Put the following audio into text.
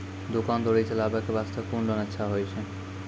दुकान दौरी चलाबे के बास्ते कुन लोन अच्छा होय छै?